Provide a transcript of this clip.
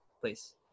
please